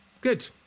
Good